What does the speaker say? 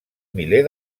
miler